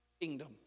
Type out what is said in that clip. kingdom